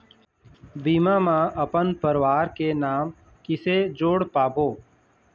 बीमा म अपन परवार के नाम किसे जोड़ पाबो?